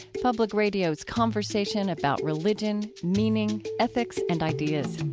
public radio's conversation about religion, meaning, ethics, and ideas.